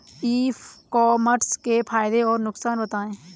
ई commerce के फायदे और नुकसान बताएँ?